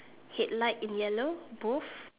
headlight in yellow both